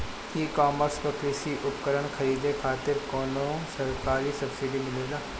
ई कॉमर्स पर कृषी उपकरण खरीदे खातिर कउनो सरकारी सब्सीडी मिलेला?